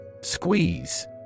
Squeeze